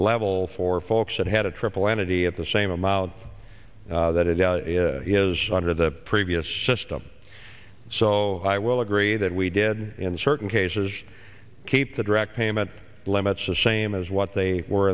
level for folks that had a triple an idiot the same amount that it is under the previous system so i will agree that we did in certain cases keep the direct payment limits the same as what they were